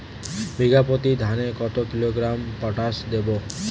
বিঘাপ্রতি ধানে কত কিলোগ্রাম পটাশ দেবো?